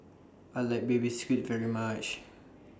I like Baby Squid very much